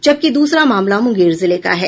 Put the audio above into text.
जबकि दूसरा मामला मुंगेर जिले का है